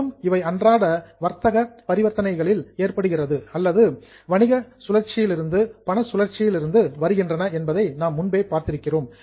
மேலும் இவை அன்றாட வர்த்தக டிரன்சாக்சன்ஸ் பரிவர்த்தனைகளில் ஏற்படுகிறது அல்லது மணி சைக்கிள் பண சுழற்சியிலிருந்து அல்லது பிசினஸ் சைக்கிள் வணிக சுழற்சியிலிருந்து வருகின்றன என்பதை நாம் முன்பே பார்த்திருக்கிறோம்